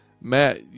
Matt